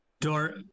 Dor